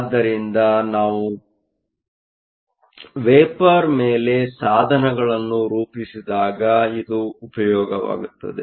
ಆದ್ದರಿಂದ ನಾವು ವೆಪರ್Vapor ಮೇಲೆ ಸಾಧನಗಳನ್ನು ರೂಪಿಸಿದಾಗ ಇದು ಉಪಯೋಗವಾಗುತ್ತದೆ